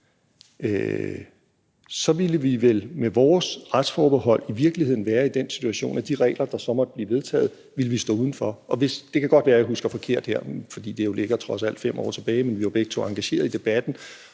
Så ville vi vel med vores retsforbehold i virkeligheden være i den situation, at de regler, der så måtte blive vedtaget, ville vi stå uden for. Det kan godt være, jeg husker forkert her – det ligger trods alt 5 år tilbage, men vi var begge engageret i debatten